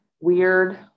weird